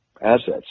assets